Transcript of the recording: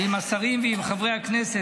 עם השרים ועם חברי הכנסת,